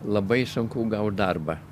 labai sunku gaut darbą